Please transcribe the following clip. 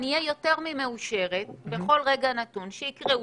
אהיה יותר ממאושרת בכל רגע נתון שיקראו